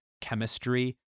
chemistry